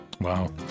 Wow